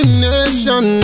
nation